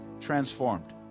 transformed